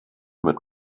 mit